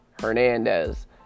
Hernandez